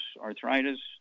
Arthritis